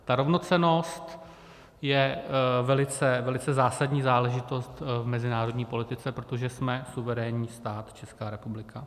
Ta rovnocennost je velice zásadní záležitost v mezinárodní politice, protože jsme suverénní stát, Česká republika.